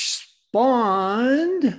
spawned